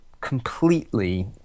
completely